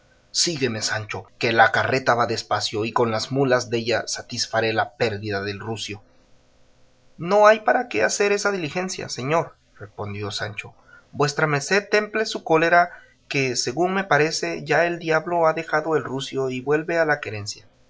sígueme sancho que la carreta va despacio y con las mulas della satisfaré la pérdida del rucio no hay para qué hacer esa diligencia señor respondió sancho vuestra merced temple su cólera que según me parece ya el diablo ha dejado el rucio y vuelve a la querencia